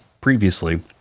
previously